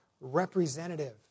representative